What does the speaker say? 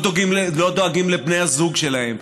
לא דואגים לבני הזוג שלהם,